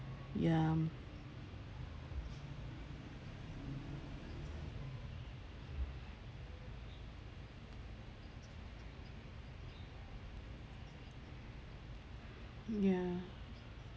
Vya ya